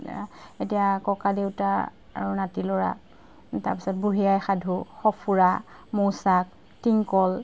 এতিয়া ককা দেউতা আৰু নাতি ল'ৰা তাৰপিছত বুঢ়িয়াই সাধু সফুৰা মৌচাক টিংকল